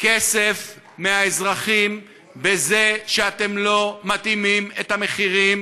כסף מהאזרחים בזה שאתם לא מתאימים את המחירים.